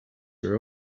are